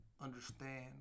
understand